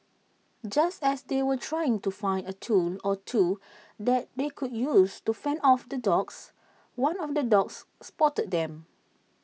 just as they were trying to find A tool or two that they could use to fend off the dogs one of the dogs spotted them